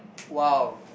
!wow!